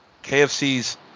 KFC's